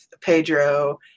Pedro